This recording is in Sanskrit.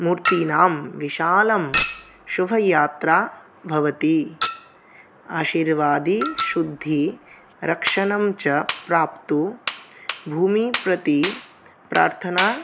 मूर्तीनां विशालं शुभयात्रा भवति आशीर्वादः शुद्धिः रक्षणं च प्राप्तुं भूमिं प्रति प्रार्थना